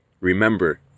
remember